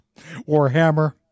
Warhammer